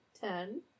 ten